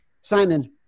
Simon